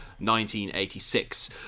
1986